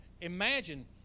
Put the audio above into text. Imagine